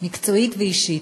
מקצועית ואישית,